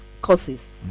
courses